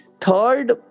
third